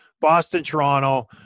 Boston-Toronto